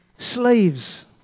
Slaves